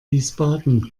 wiesbaden